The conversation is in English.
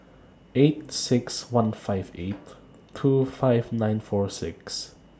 eight six one five eight two five nine four six